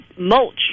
mulch